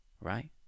Right